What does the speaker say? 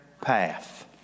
path